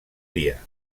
dia